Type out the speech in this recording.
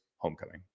homecoming